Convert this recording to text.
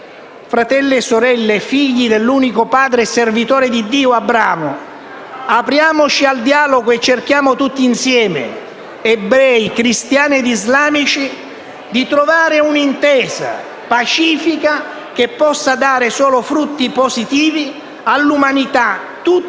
Fratelli e sorelle, figli dell'unico padre e servitore di Dio, Abramo, apriamoci al dialogo e cerchiamo tutti assieme, ebrei, cristiani ed islamici, di trovare un'intesa pacifica che possa dare solo frutti positivi all'umanità tutta